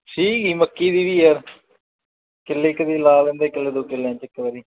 ਸੀਗੀ ਮੱਕੀ ਦੀ ਵੀ ਯਾਰ ਕਿੱਲੇ ਕੁ ਦੀ ਲਾ ਲੈਂਦੇ ਕਿੱਲੇ ਦੋ ਕਿੱਲਿਆਂ 'ਚ ਇੱਕ ਵਾਰੀ